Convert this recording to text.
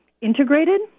integrated